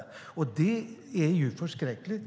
Och det är ju förskräckligt.